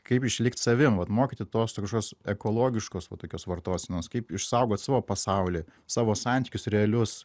kaip išlikt savim vat mokyti tos to kažkokios ekologiškos va tokios vartosenos kaip išsaugot savo pasaulį savo santykius realius